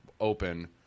open